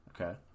Okay